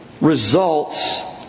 results